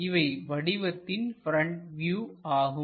இவை வடிவத்தின் front view ஆகும்